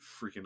freaking